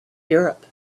europe